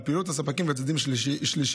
על פעילות הספקים וצדדים שלישיים,